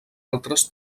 altres